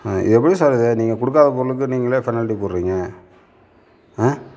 எப்படி சார் இது நீங்கள் கொடுக்காத பொருளுக்கு நீங்களே பெனாலிட்டி போடுறீங்கள்